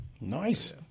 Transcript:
Nice